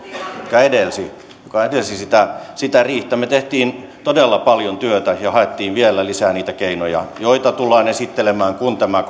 ja joka edelsi sitä sitä riihtä me teimme todella paljon työtä ja haimme vielä lisää niitä keinoja joita tullaan esittelemään kun tämä